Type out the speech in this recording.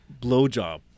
blowjob